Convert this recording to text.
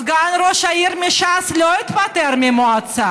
סגן ראש העיר מש"ס לא התפטר מהמועצה.